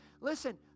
Listen